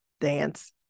dance